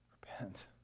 Repent